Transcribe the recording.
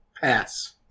pass